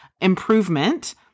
improvement